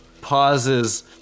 pauses